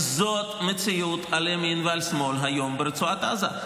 זאת המציאות על ימין ועל שמאל היום ברצועת עזה.